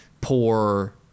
poor